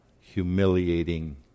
humiliating